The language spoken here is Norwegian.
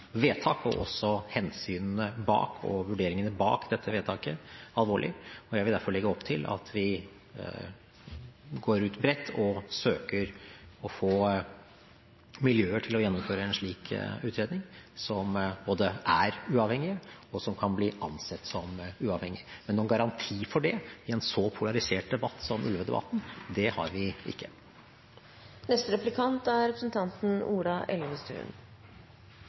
vedtak og også hensynene og vurderingene bak dette vedtaket alvorlig. Jeg vil derfor legge opp til at vi går ut bredt og søker å få miljøer til å gjennomføre en slik utredning som både er uavhengige, og som kan bli ansett som uavhengige. Men noen garanti for det i en så polarisert debatt som ulvedebatten har vi ikke.